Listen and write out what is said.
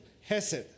Hesed